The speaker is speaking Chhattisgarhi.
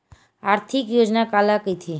आर्थिक योजना काला कइथे?